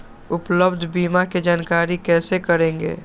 उपलब्ध बीमा के जानकारी कैसे करेगे?